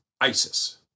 ISIS